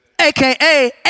AKA